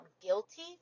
guilty